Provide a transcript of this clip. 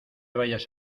vayas